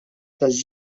taż